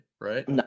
Right